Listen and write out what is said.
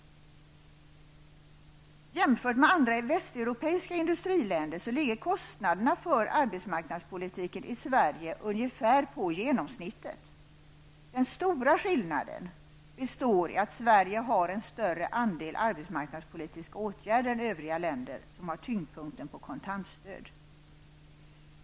Jämfört med andra västeuropeiska industriländer ligger kostnaderna för arbetsmarknadspolitiken i Sverige ungefär på genomsnittet. Den stora skillnaden består i att Sverige har större andel arbetsmarknadspolitiska åtgärder än övriga länder som har tyngdpunkten på kontantstöd.